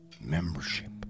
Membership